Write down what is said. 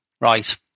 right